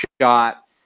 shot –